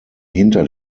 hinter